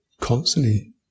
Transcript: constantly